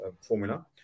formula